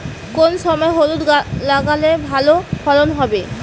কোন সময় হলুদ লাগালে ভালো ফলন হবে?